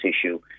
issue